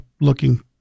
looking